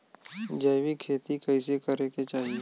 जैविक खेती कइसे करे के चाही?